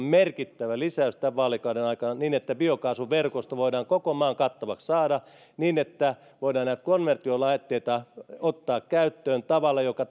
merkittävä lisäys tämän vaalikauden aikana niin että biokaasuverkosto voidaan koko maan kattavaksi saada niin että voidaan konvertiolaitteita ottaa käyttöön tavalla joka